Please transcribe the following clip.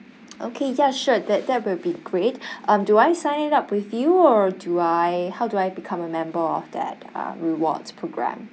okay ya sure that that will be great um do I sign up with you or do I how do I become a member of that um rewards programme